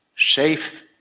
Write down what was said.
safe,